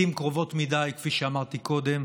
לעיתים קרובות מדי, כפי שאמרתי קודם,